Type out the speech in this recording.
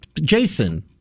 jason